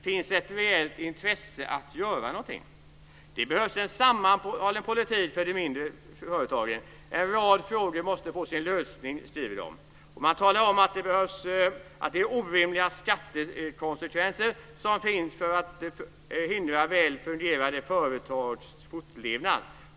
Finns ett reellt intresse att göra något? - Det behövs en sammanhållen politik för de mindre företagen. En rad frågor måste få sin lösning." Man talar om att det är orimliga skattekonsekvenser som finns för att hindra väl fungerande företags fortlevnad.